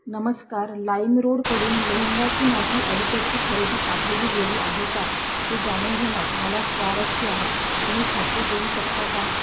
नमस्कार लाईमरोडकडून लेहेंगाची माझी अलीकडची खरेदी पाठवली गेली आहे का हे जाणून घेण्यात मला स्वारस्य आहे तुम्ही खात्री देऊ शकता का